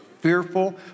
fearful